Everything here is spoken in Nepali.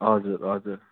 हजुर हजुर